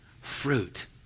fruit